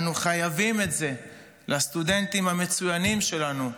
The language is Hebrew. אנו חייבים את זה לסטודנטים המצוינים שלנו,